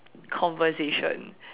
conversation